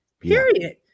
Period